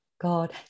God